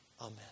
Amen